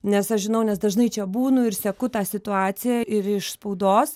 nes aš žinau nes dažnai čia būnu ir seku tą situaciją ir iš spaudos